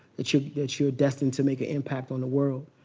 that you're that you're destined to make an impact on the world.